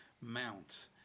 mount